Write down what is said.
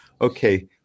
okay